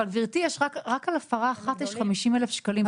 אבל גברתי, רק על הפרה אחת יש 50,000 שקלים.